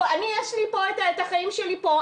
אני יש לי את החיים שלי פה,